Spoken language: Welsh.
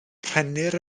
rhennir